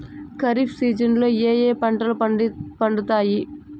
ఖరీఫ్ సీజన్లలో ఏ ఏ పంటలు పండుతాయి